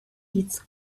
its